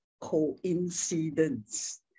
coincidence